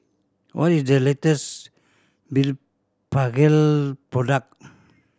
what is the latest Blephagel product